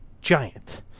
giant